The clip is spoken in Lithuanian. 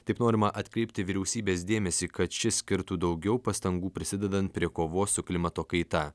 taip norima atkreipti vyriausybės dėmesį kad ši skirtų daugiau pastangų prisidedant prie kovos su klimato kaita